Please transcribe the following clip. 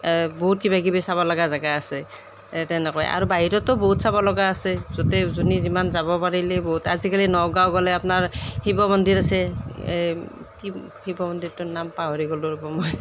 বহুত কিবা কিবি চাবলগা জেগা আছে তেনেকৈ আৰু বাহিৰতো বহুত চাবলগা আছে য'তে যোনে যিমান যাব পাৰিলে বহুত আজিকালি নগাওঁ গ'লে আপোনাৰ শিৱ মন্দিৰ আছে এই কি শিৱ মন্দিৰটোৰ নাম পাহৰি গ'লো ৰ'ব মই